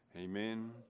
Amen